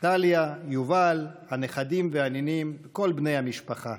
דליה, יובל, הנכדים והנינים, כל בני המשפחה,